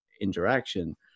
interaction